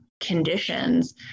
Conditions